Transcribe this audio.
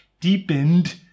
Deepened